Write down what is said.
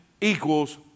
equals